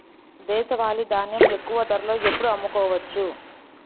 దేశవాలి ధాన్యం ఎక్కువ ధరలో ఎప్పుడు అమ్ముకోవచ్చు?